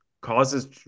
causes